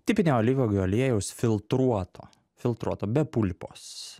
tipinio lygio aliejaus filtruoto filtruoto be pulpos